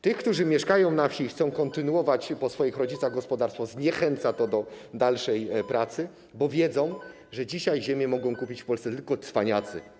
Tych, którzy mieszkają na wsi i chcą kontynuować po swoich rodzicach pracę na gospodarstwie, zniechęca to do dalszej pracy, bo wiedzą, że dzisiaj ziemię mogą kupić w Polsce tylko cwaniacy.